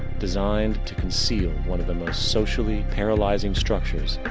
designed to conceal one of the most socially paralyzing structures,